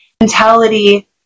mentality